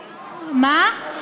מה?